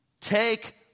Take